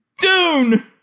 Dune